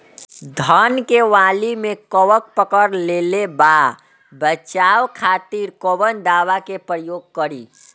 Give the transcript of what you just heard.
धान के वाली में कवक पकड़ लेले बा बचाव खातिर कोवन दावा के प्रयोग करी?